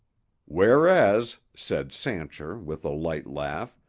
whereas, said sancher, with a light laugh,